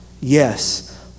Yes